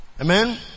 Amen